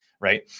Right